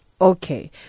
Okay